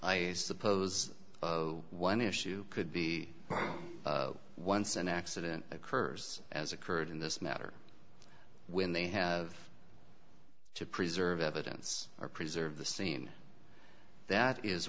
i suppose one issue could be once an accident occurs as occurred in this matter when they have to preserve evidence or preserve the scene that is